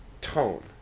tone